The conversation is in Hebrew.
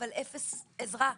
אבל אפס עזרה.